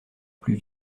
plus